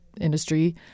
industry